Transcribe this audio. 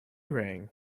rang